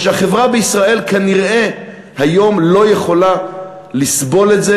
ושהחברה בישראל כנראה היום לא יכולה לסבול את זה